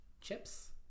Chips